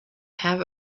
have